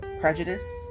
prejudice